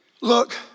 Look